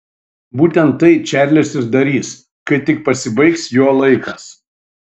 būtent tai čarlis ir darys kai tik pasibaigs jo laikas